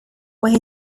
where